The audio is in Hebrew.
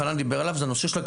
חנן דיבר על הקריטריונים.